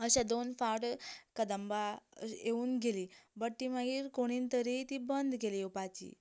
अशें दोन फावट कदंबा येवून गेली बट ती मागीर कोणीन तरी बंद केली येवपाची